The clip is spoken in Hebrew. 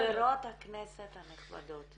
חברות הכנסת הנכבדות,